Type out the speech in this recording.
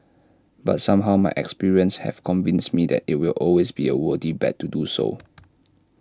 but somehow my experiences have convinced me that IT will always be A worthy bet to do so